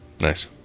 nice